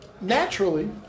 naturally